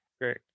great